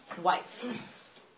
wife